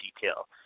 detail